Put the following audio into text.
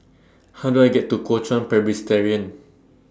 How Do I get to Kuo Chuan Presbyterian